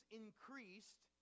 increased